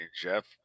Jeff